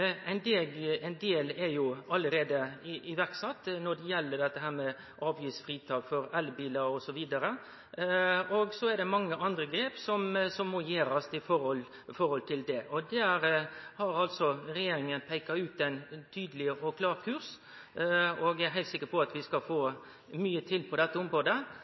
Ein del er allereie sett i verk, det gjeld dette med avgiftsfritak for elbilar osv., og så er det mange andre grep som må gjerast når det gjeld dette. Der har altså regjeringa peika ut ein tydeleg og klar kurs. Eg er heilt sikker på at vi skal få mykje til på dette området,